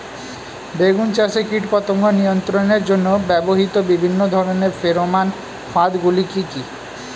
বেগুন চাষে কীটপতঙ্গ নিয়ন্ত্রণের জন্য ব্যবহৃত বিভিন্ন ধরনের ফেরোমান ফাঁদ গুলি কি কি?